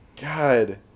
God